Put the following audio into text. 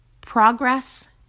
progress